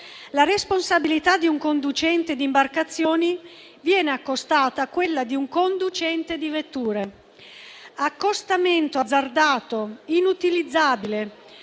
La responsabilità di un conducente di imbarcazioni viene accostata a quella di un conducente di vetture. Accostamento azzardato, inutilizzabile: